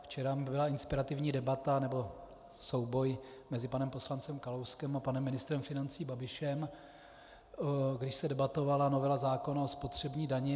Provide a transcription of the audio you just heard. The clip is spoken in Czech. Včera byla inspirativní debata nebo souboj mezi panem poslancem Kalouskem a panem ministrem financí Babišem, když se debatovala novela zákona o spotřební dani.